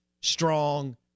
strong